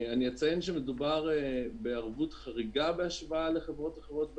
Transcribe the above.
אני אציין שמדובר בערבות חריגה בהשוואה לחברות אחרות במשק,